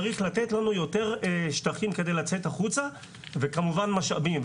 צריך לתת לנו יותר שטחים כדי לצאת החוצה וכמובן משאבים.